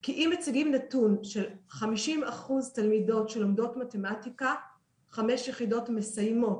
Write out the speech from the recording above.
כי אם מציגים נתון של 50% תלמידות שלומדות מתמטיקה 5 יחידות ומסיימות,